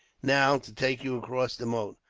now, to take you across the moat.